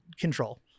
control